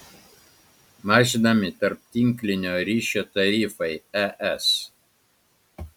mažinami tarptinklinio ryšio tarifai es